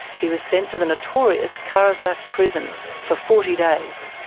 he was sent to the notorious kahrizak prison for forty days.